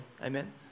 Amen